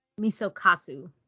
Misokasu